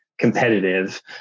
competitive